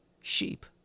sheep